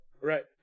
Right